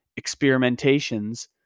experimentations